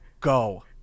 go